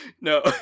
No